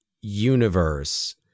universe